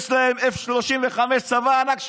יש להם F-35 וצבא ענק?